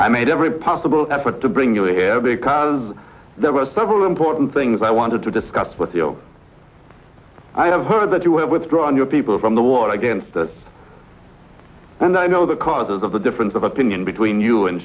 i made every possible effort to bring you here because there were several important things i wanted to discuss with you i have heard that you were withdrawing your people from the war against us and i know the causes of the difference of opinion between you and